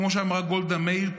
כמו שאמרה גולדה מאיר,